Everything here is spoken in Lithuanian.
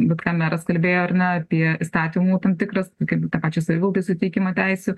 vat ką meras kalbėjo ar ne apie įstatymų tam tikras kaip pačios savivaldoj suteikiamą teisių